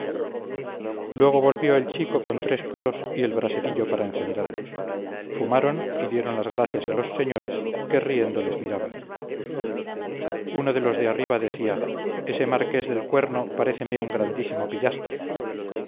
luego volvió el chico con tres puros y el braserillo para encenderlos fumaron y dieron las gracias a los señores que riendo les miraban uno de los de arriba decía ese marqués del cuerno paréceme un grandísimo pillastre